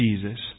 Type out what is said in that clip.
Jesus